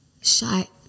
shy